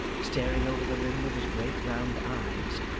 staring over the rim with his great round eyes,